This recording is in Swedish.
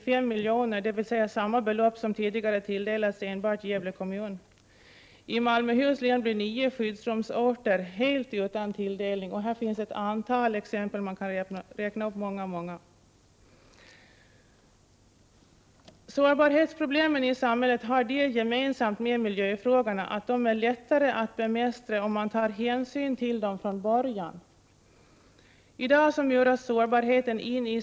Sammantaget konstaterar statens räddningsverk i sin programplan för åren 1987—1992 att stora inskränkningar kommer att göras.